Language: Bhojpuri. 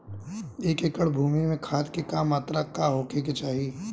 एक एकड़ भूमि में खाद के का मात्रा का होखे के चाही?